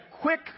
quick